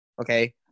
Okay